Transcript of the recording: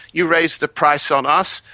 you raise the price on us,